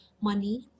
money